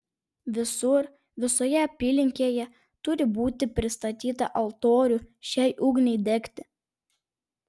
visur visoje apylinkėje turi būti pristatyta altorių šiai ugniai degti